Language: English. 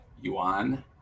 Yuan